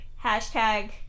Hashtag